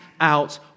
out